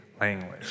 language